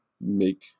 make